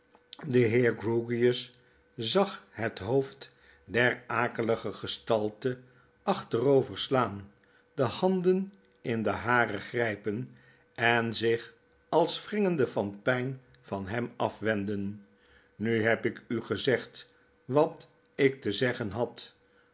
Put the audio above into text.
de heer grewgious zag het hoofd der akelige gestalte achterover slaan de handen in de haren grypen en zich als wringende van pyn van hem afwenden nu heb ik u gezegd wat ik te zeggen had